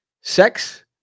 sex